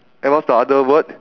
and what's the other word